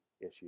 issue